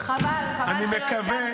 אני מקווה --- חבל,